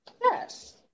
Yes